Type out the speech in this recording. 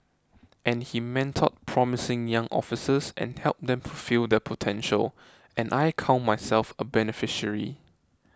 and he mentored promising young officers and helped them fulfil their potential and I count myself a beneficiary